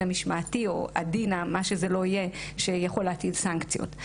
המשמעתי או מה שזה לא יהיה שיכול להטיל סנקציות.